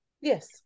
yes